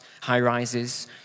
High-rises